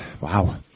wow